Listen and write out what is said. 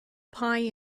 pie